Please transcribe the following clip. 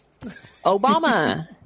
Obama